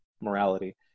morality